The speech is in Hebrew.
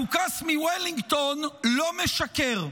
הדוכס מוולינגטון לא משקר.